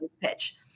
pitch